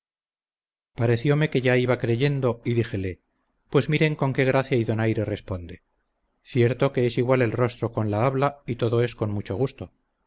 lagañosa pareciome que ya iba creyendo y díjele pues miren con qué gracia y donaire responde cierto que es igual el rostro con la habla y todo es con mucho gusto